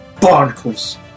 barnacles